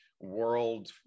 World